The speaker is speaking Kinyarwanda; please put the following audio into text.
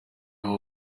aho